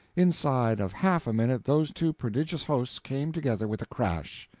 inside of half a minute those two prodigious hosts came together with a crash!